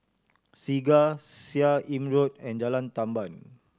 Segar Seah Im Road and Jalan Tamban